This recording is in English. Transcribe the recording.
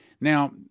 Now